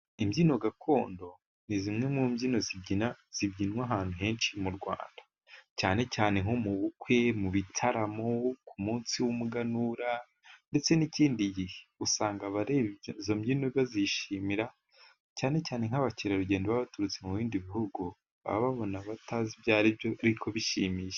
Imbyino gakondo ni zimwe mu mbyino zibyina zibyinwa ahantu henshi mu rwaynda, cyane cyane nko mu bukwe mu bitaramo ku munsi w'umuganura, ndetse n'ikindi gihe usanga abarebye izo mbyino bazishimira, cyane cyane nk'abakerarugendo baba baturutse mu bindi bihugu, baba babona batazi ibyo ari byo ariko bishimiye.